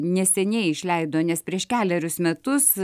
neseniai išleido nes prieš kelerius metus